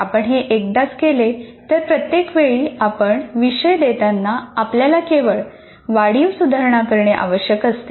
आपण हे एकदाच केले तर प्रत्येक वेळी आपण विषय देताना आपल्याला केवळ वाढीव सुधारणा करणे आवश्यक असते